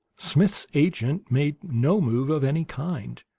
smith's agent made no move of any kind,